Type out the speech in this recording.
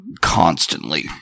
constantly